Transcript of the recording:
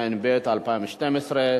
יוחנן פלסנר,